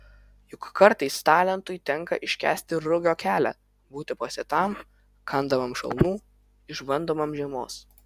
juk kartais talentui tenka iškęsti rugio kelią būti pasėtam kandamam šalnų išbandomam žiemos